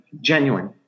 genuine